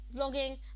vlogging